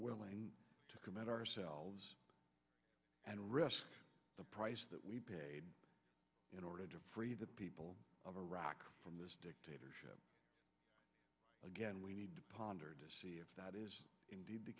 willing to commit ourselves and rest the price that we paid in order to free the people of iraq from this dictatorship again we need to ponder to see if that is indeed the